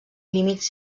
límits